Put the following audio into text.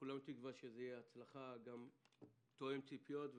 כולנו תקווה שזה יהיה הצלחה, גם יתאם לציפיות.